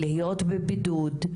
להיות בבידוד,